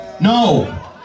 No